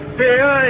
fear